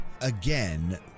Again